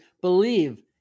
believe